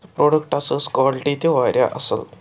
تہٕ پرٛوڈکٹس ٲس کالٹی تہِ وارِیاہ اصٕل